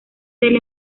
del